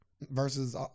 Versus